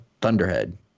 Thunderhead